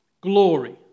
Glory